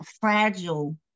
fragile